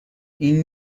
این